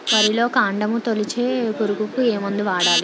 వరిలో కాండము తొలిచే పురుగుకు ఏ మందు వాడాలి?